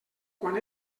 quan